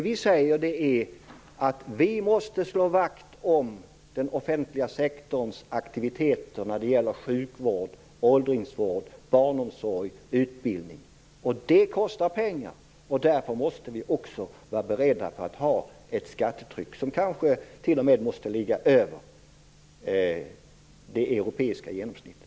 Vi säger att det är nödvändigt att slå vakt om den offentliga sektorns aktiviteter när det gäller sjukvård, åldringsvård, barnomsorg och utbildning. Detta kostar pengar. Därför måste vi vara beredda på att ha ett skattetryck som kanske t.o.m. ligger över det europeiska genomsnittet.